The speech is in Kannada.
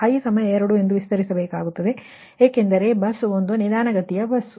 ಇದನ್ನು ಈಗ i 2 ಎಂದು ವಿಸ್ತರಿಸಬೇಕಾಗಿದೆ ಯಾಕೆಂದರೆ ಬಸ್ 1 ಸ್ಲಾಕ್ ಬಸ್